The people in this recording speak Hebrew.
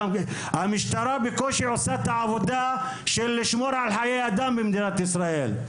המשטרה בקושי עושה את העבודה של שמירת חיי אדם במדינת ישראל.